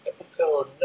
episode